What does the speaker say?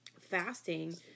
fasting